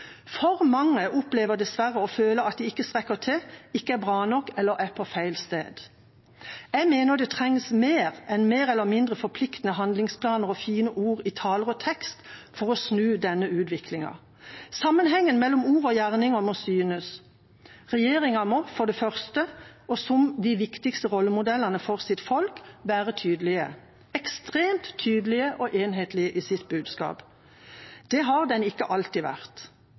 For mange opplever dessverre å føle at de ikke strekker til, ikke er bra nok, eller er på feil sted. Jeg mener det trengs mer enn mer eller mindre forpliktende handlingsplaner og fine ord i taler og tekst for å snu denne utviklingen. Sammenhengen mellom ord og gjerninger må synes. Regjeringa må for det første – og som den viktigste rollemodellen for sitt folk – være tydelig, ekstremt tydelig og enhetlig i sitt budskap. Det har den ikke alltid vært.